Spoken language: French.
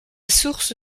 source